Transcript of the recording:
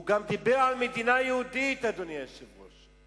הוא גם דיבר על מדינה יהודית, אדוני היושב-ראש.